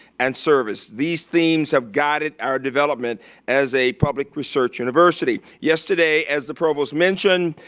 and service. these themes have guided our development as a public research university yesterday, as the provost mentioned,